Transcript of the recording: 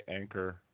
Anchor